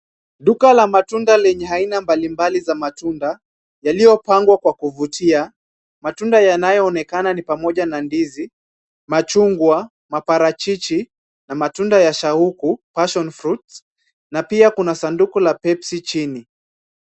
Duka la matunda lenye aina mbalimbali za matunda, yaliyopangwa kwa kuvutia. Matunda yanayoonekana ni pamoja na ndizi, machungwa, maparachichi, na matunda ya shauku, passion fruits , na pia kuna sanduku la Pepsi chini